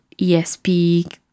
ESP